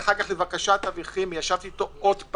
אחר כך לבקשת אבי חימי ישבתי אתו שוב,